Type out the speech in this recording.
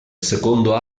secondo